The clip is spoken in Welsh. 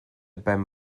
ben